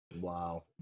Wow